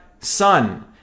sun